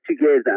together